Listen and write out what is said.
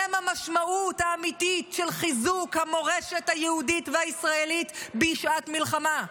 הם המשמעות האמיתית של חיזוק המורשת היהודית והישראלית בשעת מלחמה.